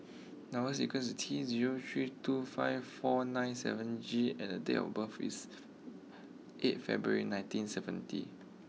number sequence T zero three two five four nine seven G and date of birth is eight February nineteen seventy